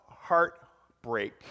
heartbreak